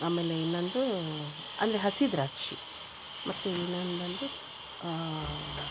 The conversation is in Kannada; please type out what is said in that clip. ಆಮೇಲೆ ಇನ್ನೊಂದು ಅಂದರೆ ಹಸಿ ದ್ರಾಕ್ಷಿ ಮತ್ತು ಇನ್ನೊಂದಂದರೆ